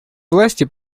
власти